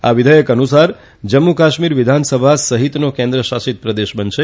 આ વિઘેયક અનુસાર જમ્મુ કાશ્મીર વિધાનસભા સહિતનો કેન્દ્ર શાસિત પ્રદેશ બનશે